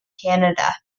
canada